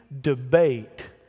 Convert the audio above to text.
debate